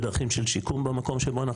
בדרכים של שיקום במקום שבו אנחנו